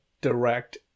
direct